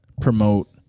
promote